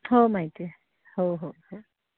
हो माहिती आहे हो हो हो